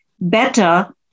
better